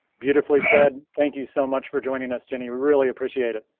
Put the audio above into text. beautifully said, thank you so much for joining us, genny, we really appreciate it.